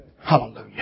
Hallelujah